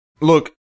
look